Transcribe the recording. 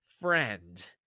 friend